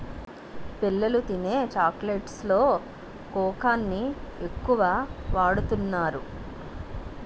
పిల్లలు తినే చాక్లెట్స్ లో కోకాని ఎక్కువ వాడుతున్నారు